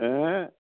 ਹੈਂ